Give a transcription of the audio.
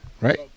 right